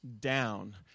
down